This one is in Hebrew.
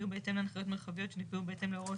יהיו בהתאם להנחיות מרחביות שנקבעו בהתאם להוראות